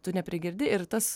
tu neprigirdi ir tas